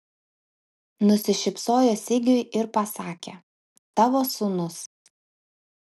nusišypsojo sigiui ir pasakė tavo sūnus